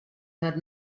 her